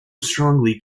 strongly